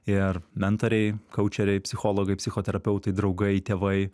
ir mentoriai kaučeriai psichologai psichoterapeutai draugai tėvai